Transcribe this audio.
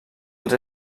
els